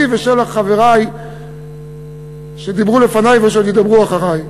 שלי ושל חברי שדיברו לפני ושעוד ידברו אחרי.